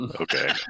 Okay